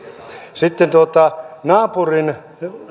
sitten naapurin